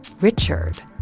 Richard